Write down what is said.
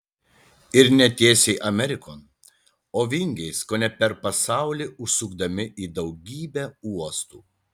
ir ne tiesiai amerikon o vingiais kone per pasaulį užsukdami į daugybę uostų